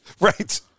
Right